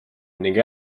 ning